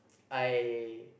I